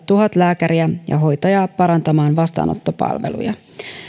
tuhat lääkäriä ja hoitajaa parantamaan vastaanottopalveluja